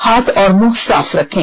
हाथ और मुंह साफ रखें